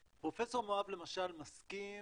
פרופ' מואב, למשל, מסכים